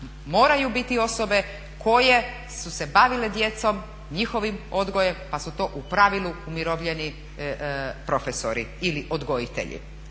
moraju biti osobe koje su se bavile djecom, njihovim odgojem pa su to u pravilu umirovljeni profesori ili odgojitelji